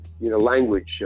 language